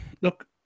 Look